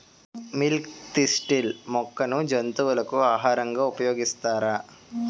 Milk thistle మొక్కను జంతువులకు ఆహారంగా ఉపయోగిస్తారా?